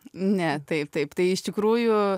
ne taip taip tai iš tikrųjų